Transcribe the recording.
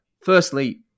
firstly